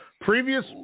Previous